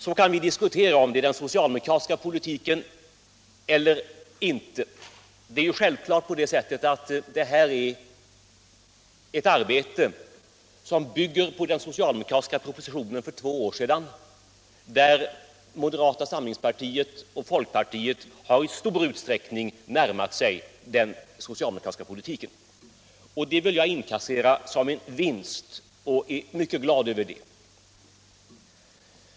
Så kan vi diskutera om det är den socialdemokratiska politiken eller inte. Detta är självfallet ett arbete som bygger på den socialdemokratiska propositionen för två år sedan, och moderata samlingspartiet och folkpartiet har i allt väsentligt närmat sig den socialdemokratiska politiken. Det vill jag inkassera som en vinst, och jag är mycket glad över det.